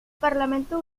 parlamento